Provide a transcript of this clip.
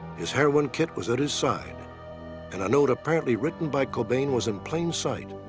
his heroin kit was at his side and a note apparently written by cobain was in plain sight.